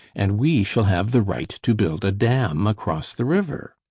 and we shall have the right to build a dam across the river.